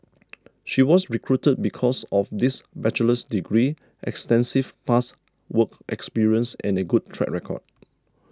she was recruited because of this bachelor's degree extensive past work experience and a good track record